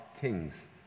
kings